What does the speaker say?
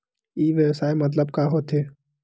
ई व्यवसाय मतलब का होथे?